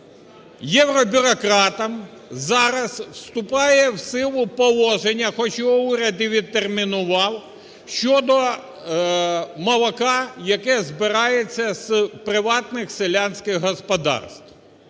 євробюрократам зараз вступає у силу положення, хоч його уряд і відтермінував, щодо молока, яке збирається з приватних селянських господарств.